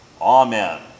Amen